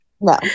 No